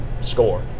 score